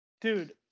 dude